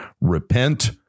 repent